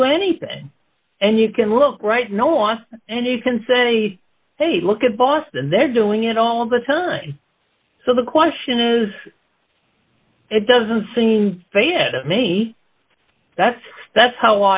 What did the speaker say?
do anything and you can look right no austin and you can say hey look at boston they're doing it all the time so the question is it doesn't seem fair to me that's that's how